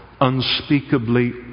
unspeakably